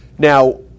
Now